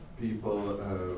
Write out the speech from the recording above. people